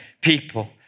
people